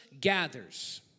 gathers